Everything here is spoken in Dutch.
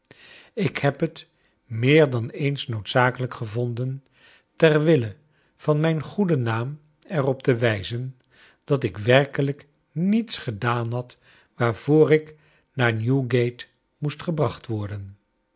ik heb het meer dan eens noodzakelijk gevonden ter wille van mij n goeden naam er op te wijzen dat ik werkelijk niets gedaan had waarvoor ik naar newgate moest gebracht worden